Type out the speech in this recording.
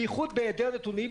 בייחוד בהיעדר נתונים,